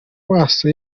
maso